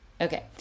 Okay